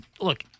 look